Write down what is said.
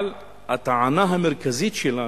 אבל הטענה המרכזית שלנו,